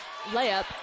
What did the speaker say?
layup